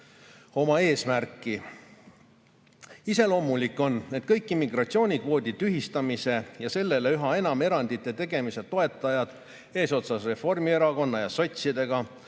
oma eesmärki. Iseloomulik on, et kõik immigratsioonikvoodi tühistamise ja sellele üha enamate erandite tegemise toetajad eesotsas Reformierakonna ja sotsidega